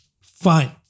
Fine